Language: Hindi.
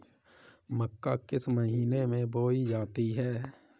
मक्का किस महीने में बोई जाती है?